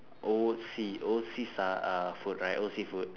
O C O C s~ uh food right O C food